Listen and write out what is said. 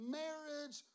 marriage